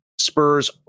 Spurs